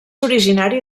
originari